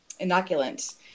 inoculant